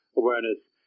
awareness